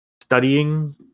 studying